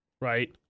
Right